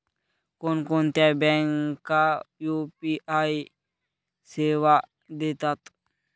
कोणकोणत्या बँका यू.पी.आय सेवा देतात?